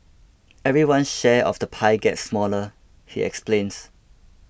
everyone share of the pie gets smaller he explains